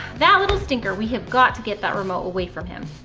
that little stinker. we have got to get that remote away from him.